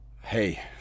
Hey